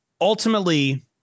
Ultimately